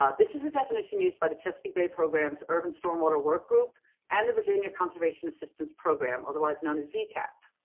ah this is a definition used by the chesapeake bay program's urban storm water workgroup and the virginia conservation assistance program, otherwise known as vcap.